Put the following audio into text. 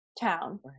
town